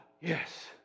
Yes